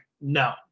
no